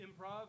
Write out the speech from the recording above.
Improv